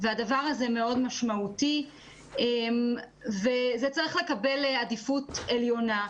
הדבר הזה מאוד משמעותי וצריך לקבל עדיפות עליונה.